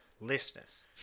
listeners